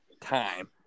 time